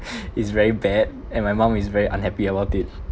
it's very bad and my mom is very unhappy about it